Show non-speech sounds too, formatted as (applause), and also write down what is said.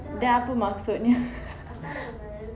then apa maksudnya (laughs)